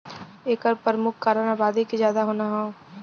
एकर परमुख कारन आबादी के जादा होना हौ